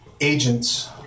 agents